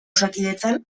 osakidetzan